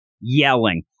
yelling